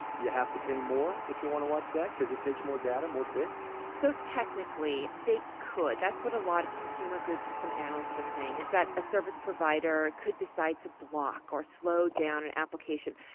you have to pay more if you want to watch that cause it takes more data, more bits. so technically they could. that's what a lot of consumer groups and some analysts are saying is that a service provider could decide to block or slow down an application.